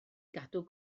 gadw